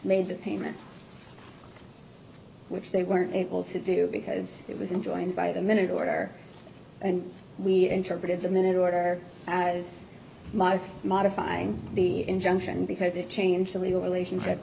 made that payment which they weren't able to do because it was enjoying by the minute order and we interpreted the minute order as modifying the injunction because it changed the legal relationship